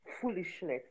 foolishness